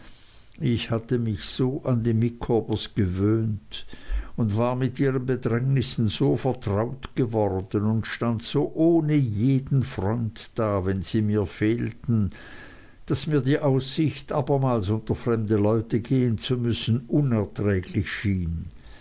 ich hatte mich so an die micawbers gewöhnt und war mit ihren bedrängnissen so vertraut geworden und stand so ohne jeden freund da wenn sie mir fehlten daß mir die aussicht abermals unter fremde leute gehen zu müssen unerträglich schien